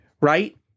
right